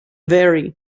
vary